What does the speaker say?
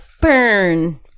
burn